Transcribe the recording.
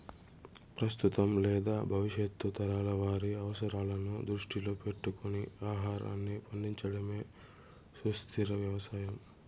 ప్రస్తుతం లేదా భవిష్యత్తు తరాల వారి అవసరాలను దృష్టిలో పెట్టుకొని ఆహారాన్ని పండించడమే సుస్థిర వ్యవసాయం